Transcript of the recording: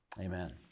Amen